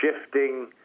shifting